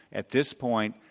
at this point,